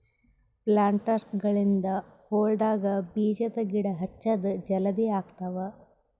ಪ್ಲಾಂಟರ್ಸ್ಗ ಗಳಿಂದ್ ಹೊಲ್ಡಾಗ್ ಬೀಜದ ಗಿಡ ಹಚ್ಚದ್ ಜಲದಿ ಆಗ್ತಾವ್